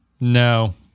No